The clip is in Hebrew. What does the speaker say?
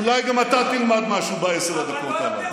אולי גם אתה תלמד משהו בעשר דקות הללו.